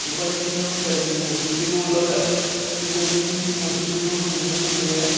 ते भाई जियां हून गर्मीं दे मौसम च दौड़ना होऐ ते गर्मी मौसम च दौड़ने ताईं बंदे ने